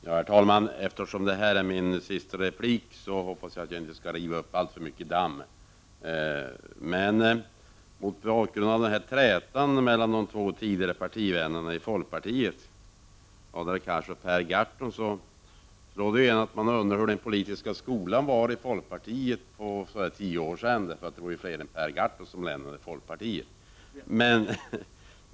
Herr talman! Eftersom det här är min sista replik, hoppas jag att jag inte skall riva upp alltför mycket damm. Mot bakgrund av trätan mellan de två tidigare partivännerna i folkpartiet, Hadar Cars och Per Gahrton, undrar man hur den politiska skolan var i folkpartiet för tio år sedan, för det var ju fler än Per Gahrton som lämnade folkpartiet.